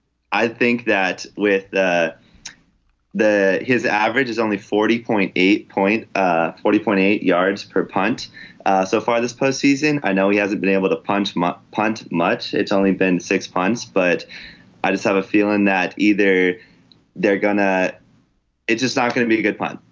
i think that with the the his average is only forty point eight point forty point eight yards per punt so far this postseason. i know he hasn't been able to punch my punt much. it's only been six punts but i just have a feeling that either they're going to it's just not going to be a good one.